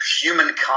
humankind